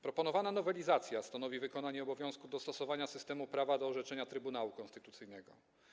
Proponowana nowelizacja stanowi wykonanie obowiązku dostosowania systemu prawa do orzeczenia Trybunału Konstytucyjnego.